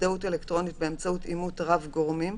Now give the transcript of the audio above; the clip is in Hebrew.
הזדהות אלקטרונית באמצעות אימות רב גורמים,